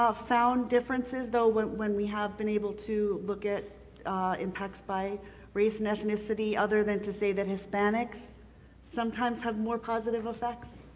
ah found difference though when when we have been able to look at impacts by race and ethnicity, other than to say that hispanics sometimes have more positive effects.